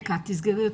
הדיון.